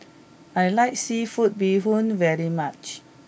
I like seafood Bee Hoon very much